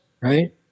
right